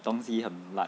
东西很烂